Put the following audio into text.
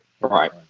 Right